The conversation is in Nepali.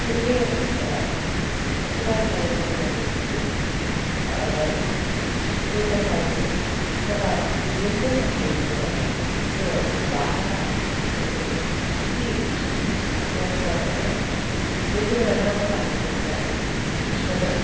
कोही कोही बेला त यस्तो दामी दामी कविताहरू लेख सो सोचाइमा आउँछ तर लेख्न सक्दिनँ के हो त्यो भाषाको त्यो त्यति स्पेलिङ याद नभएर होला कि कोही कोही बेला राम्रो राम्रो कविताहरू उयसबाट